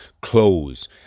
clothes